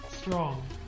strong